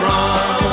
Run